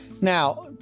Now